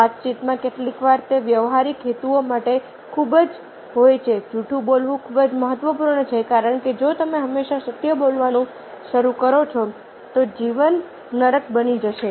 વાતચીતમાં કેટલીકવાર તે વ્યવહારિક હેતુઓ માટે ખૂબ જ હોય છે જૂઠું બોલવું ખૂબ જ મહત્વપૂર્ણ છે કારણ કે જો તમે હંમેશાં સત્ય બોલવાનું શરૂ કરો છો તો જીવન નરક બની જશે